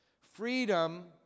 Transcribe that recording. Freedom